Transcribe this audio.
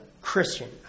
Christian